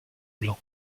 blanc